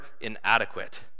inadequate